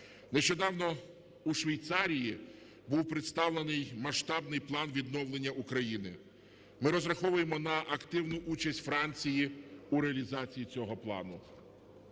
Нещодавно у Швейцарії був представлений масштабний план відновлення України. Ми розраховуємо на активну участь Франції у реалізації цього плану.